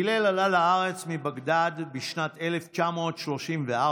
הלל עלה לארץ מבגדאד בשנת 1934,